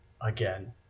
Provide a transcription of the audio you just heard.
again